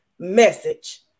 message